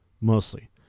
mostly